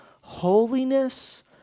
holiness